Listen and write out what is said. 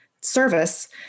service